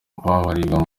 babarirwa